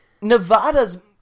Nevada's